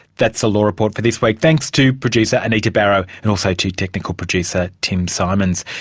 that's the law report for this week. thanks to producer anita barraud and also to technical producer tim symons.